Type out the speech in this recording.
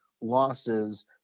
losses